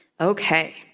Okay